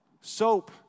soap